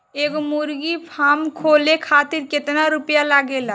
एगो मुर्गी फाम खोले खातिर केतना रुपया लागेला?